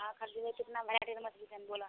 आ खरीदने केतना भैआरी कऽ मछली छनि बोलऽ